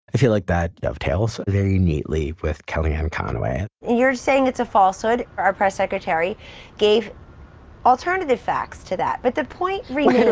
i feel like that dovetails neatly with kellyanne conway well, you're saying it's a falsehood. our press secretary gave all turned to the facts to that. but the point